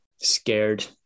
scared